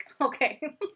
Okay